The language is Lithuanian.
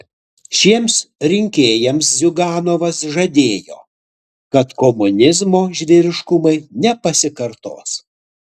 šiems rinkėjams ziuganovas žadėjo kad komunizmo žvėriškumai nepasikartos